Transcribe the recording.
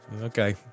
Okay